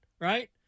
right